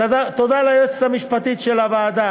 תודה ליועצת המשפטית של הוועדה